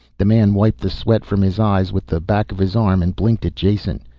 the man wiped the sweat from his eyes with the back of his arm and blinked at jason.